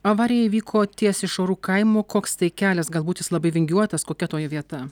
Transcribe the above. avarija įvyko ties išorų kaimu koks tai kelias galbūt jis labai vingiuotas kokia toji vieta